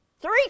Three